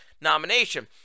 nomination